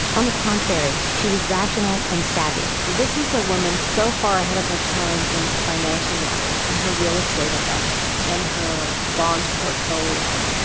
on the contrary, she was rational and savvy this is a woman so far ahead of her time in financial matters, in her real estate investment, in her bond portfolio.